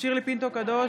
שירלי פינטו קדוש,